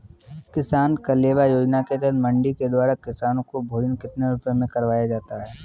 किसान कलेवा योजना के तहत मंडी के द्वारा किसान को भोजन कितने रुपए में करवाया जाता है?